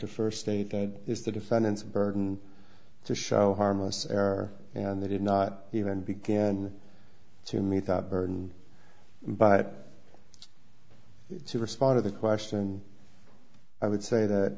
to first state that is the defendant's burden to show harmless error and they did not even begin to meet that burden but to respond to the question i would say that